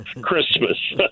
Christmas